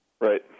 Right